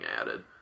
added